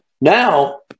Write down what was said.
Now